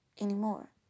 anymore